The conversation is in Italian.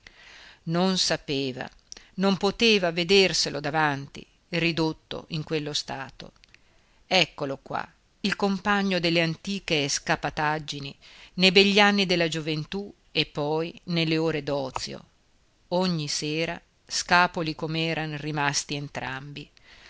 non sapeva non poteva vederselo davanti ridotto in quello stato eccolo qua il compagno delle antiche scapataggini nei begli anni della gioventù e poi nelle ore d'ozio ogni sera scapoli com'eran rimasti entrambi